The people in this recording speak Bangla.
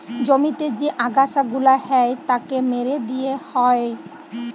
জমিতে যে আগাছা গুলা হ্যয় তাকে মেরে দিয়ে হ্য়য়